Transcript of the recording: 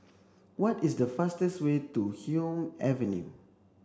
What is the fastest way to Hume Avenue